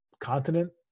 continent